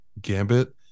gambit